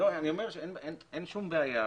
אין שום בעיה,